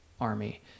army